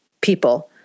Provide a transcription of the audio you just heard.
people